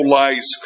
lies